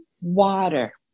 water